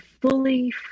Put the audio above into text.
fully